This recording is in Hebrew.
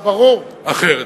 ברור.